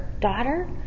daughter